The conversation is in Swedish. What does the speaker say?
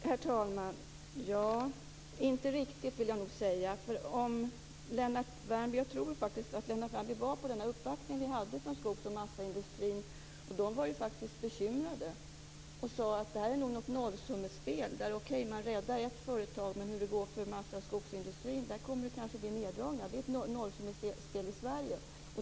Herr talman! Inte riktigt, vill jag nog säga. Jag tror faktiskt att Lennart Värmby var med vid uppvaktningen från skogs och massaindustrin. Man var faktiskt bekymrad och sade: Okej, man räddar ett företag, men i massa och skogsindustrin kommer det kanske att bli neddragningar. Detta är nog ett nollsummespel i Sverige.